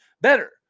better